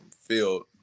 field